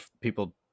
people